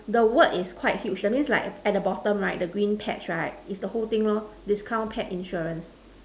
the word is quite huge that means like at the bottom right the green patch right is the whole thing loh discount pet insurance